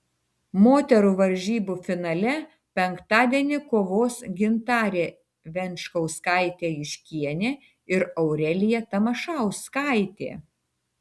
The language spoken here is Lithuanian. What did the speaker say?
moterų varžybų finale penktadienį kovos gintarė venčkauskaitė juškienė ir aurelija tamašauskaitė